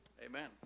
Amen